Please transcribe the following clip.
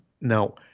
now